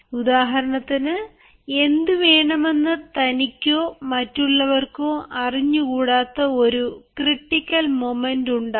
ഉദാഹരണത്തിന് എന്ത് വേണമെന്ന് തനിക്കോ മറ്റുള്ളവർക്കോ അറിഞ്ഞുകൂടാത്ത ഒരു ക്രിട്ടിക്കൽ മൊമെന്റ് ഉണ്ടാവാം